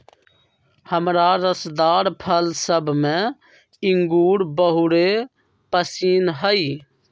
हमरा रसदार फल सभ में इंगूर बहुरे पशिन्न हइ